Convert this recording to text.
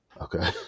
Okay